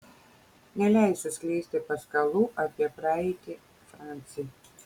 neleisiu skleisti paskalų apie praeitį franci